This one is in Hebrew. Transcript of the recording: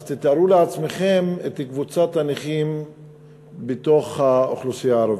אז תתארו לעצמכם את קבוצת הנכים בתוך האוכלוסייה הערבית,